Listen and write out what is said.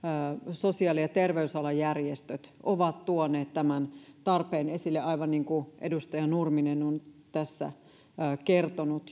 sosiaali ja terveysalan järjestöt ovat tuoneet tämän tarpeen esille aivan niin kuin edustaja nurminen on tässä kertonut